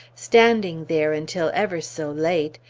standing there until ever so late,